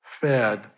fed